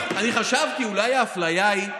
בתוך כמה שעות כבר הגבילו וחסמו את ההפגנות ליומיים בשבוע,